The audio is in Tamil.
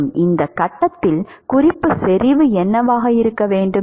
மற்றும் இந்த கட்டத்தில் குறிப்பு செறிவு என்னவாக இருக்க வேண்டும்